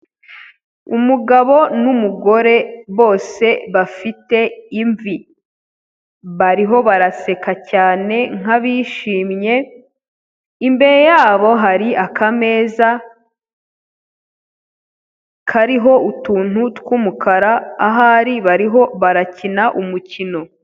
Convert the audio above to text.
Umugabo n'umugore bose bafite imvi, bariho baraseka cyane nk'abishimye, imbere yabo hari akame kariho utuntu tw'umukara, ahari bariho barakina umukino.